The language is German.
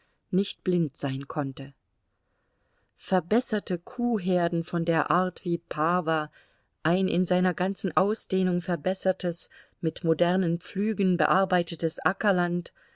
nicht blind sein konnte verbesserte kuhherden von der art wie pawa ein in seiner ganzen ausdehnung verbessertes mit modernen pflügen bearbeitetes ackerland